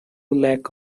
lack